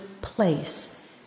place